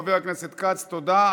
חבר הכנסת כץ, תודה.